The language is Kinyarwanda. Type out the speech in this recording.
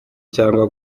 cyangwa